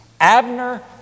Abner